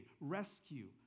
Rescue